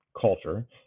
culture